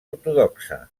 ortodoxa